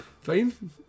Fine